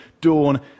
dawn